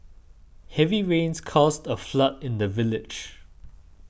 heavy rains caused a flood in the village